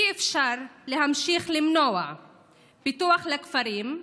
אי-אפשר להמשיך למנוע פיתוח של הכפרים,